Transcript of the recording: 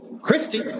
Christy